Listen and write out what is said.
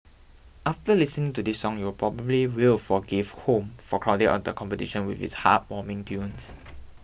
after listening to this song you probably will forgive Home for crowding out the competition with its heartwarming tunes